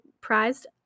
prized